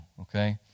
okay